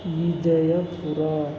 Vijayapura